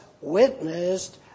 witnessed